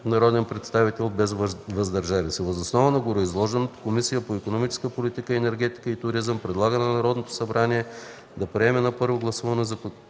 народен представител, без „въздържали